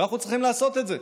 ואנחנו צריכים לעשות את זה,